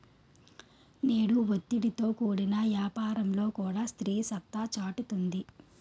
నేడు ఒత్తిడితో కూడిన యాపారంలో కూడా స్త్రీ సత్తా సాటుతుంది